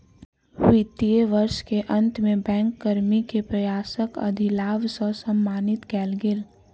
वित्तीय वर्ष के अंत में बैंक कर्मी के प्रयासक अधिलाभ सॅ सम्मानित कएल गेल